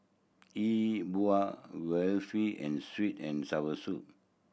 E Bua waffle and sweet and sour fish